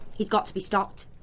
he's got to be stopped.